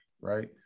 right